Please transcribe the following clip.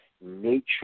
nature